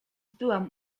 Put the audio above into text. byłam